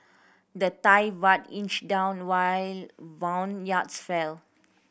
the Thai Baht inched down while bond yields fell